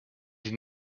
die